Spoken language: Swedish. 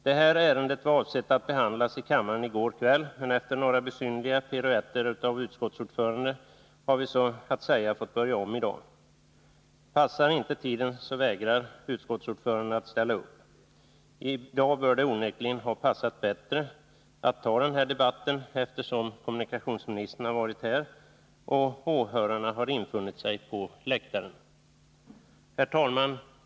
Det här ärendet var avsett att behandlas i kammaren i går kväll, men efter några besynnerliga piruetter av utskottsordföranden har vi så att säga fått börja om i dag. Passar inte tiden, så vägrar utskottsordföranden att ställa upp. Det borde onekligen ha passat bättre att ta debatten i dag, eftersom kommunikationsministern varit här och åhörarna har infunnit sig på läktaren. Herr talman!